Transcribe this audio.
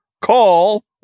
Call